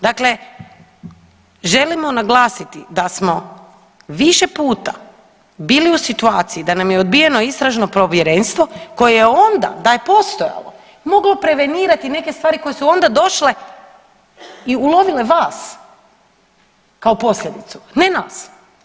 Dakle, želimo naglasiti da smo više puta bili u situaciji da nam je odbijeno Istražno povjerenstvo koje je onda da je postojalo moglo prevenirati neke stvari koje su onda došle i ulovile vas kao posljedicu, ne nas.